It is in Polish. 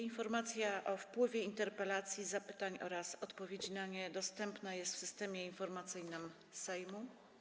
Informacja o wpływie interpelacji, zapytań oraz odpowiedzi na nie dostępna jest w Systemie Informacyjnym Sejmu.